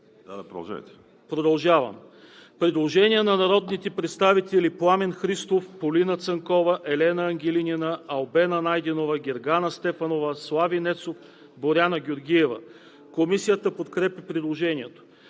изделия.“ Има предложение на народните представители Пламен Христов, Полина Цанкова, Елена Ангелинина, Албена Найденова, Гергана Стефанова, Слави Ненов, Боряна Георгиева. Комисията подкрепя предложението.